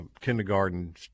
kindergarten